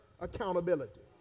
accountability